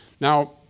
Now